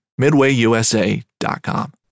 MidwayUSA.com